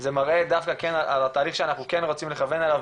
זה מראה דווקא על התהליך שאנחנו כן רוצים לכוון אליו,